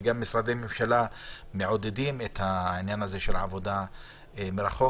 וגם משרדי ממשלה מעודדים את העניין הזה של עבודה מרחוק,